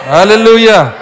Hallelujah